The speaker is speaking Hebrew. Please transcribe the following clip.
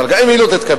אבל גם אם היא לא תתקבל,